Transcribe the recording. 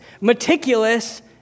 meticulous